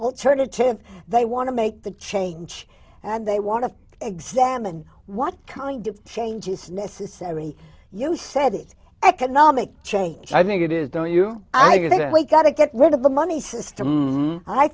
alternative they want to make the change and they want to examine what kind of change is necessary you said it economic change i think it is don't you i get it we gotta get rid of the money